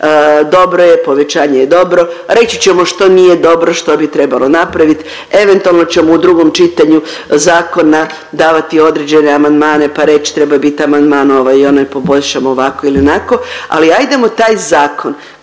dobro je, povećanje je dobro. Reći ćemo što nije dobro, što bi trebalo napravit, eventualno ćemo u drugom čitanju zakona davati određene amandmane pa reći trebao je bit amandman ovaj i onaj, poboljšamo ovako ili onako ali ajdemo taj zakon